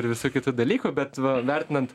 ir visų kitų dalykų bet va vertinant